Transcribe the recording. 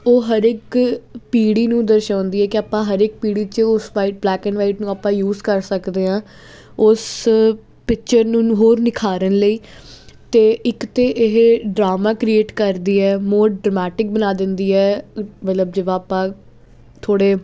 ਉਹ ਹਰੇਕ ਪੀੜ੍ਹੀ ਨੂੰ ਦਰਸਾਉਂਦੀ ਹੈ ਕਿ ਆਪਾਂ ਹਰ ਇੱਕ ਪੀੜ੍ਹੀ 'ਚ ਉਸ ਵਾਈਟ ਬਲੈਕ ਐਂਡ ਵਾਈਟ ਨੂੰ ਆਪਾਂ ਯੂਸ ਕਰ ਸਕਦੇ ਹਾਂ ਉਸ ਪਿਚਰ ਨੂੰ ਹੋਰ ਨਿਖਾਰਨ ਲਈ ਅਤੇ ਇੱਕ ਤਾਂ ਇਹ ਡਰਾਮਾ ਕ੍ਰੀਏਟ ਕਰਦੀ ਹੈ ਮੋਡ ਡਮੈਟਿਕ ਬਣਾ ਦਿੰਦੀ ਹੈ ਮਤਲਬ ਜਿਵੇਂ ਆਪਾਂ ਥੋੜ੍ਹੇ